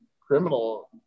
criminal